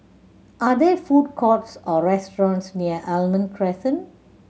are there food courts or restaurants near Almond Crescent